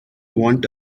want